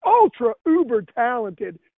ultra-uber-talented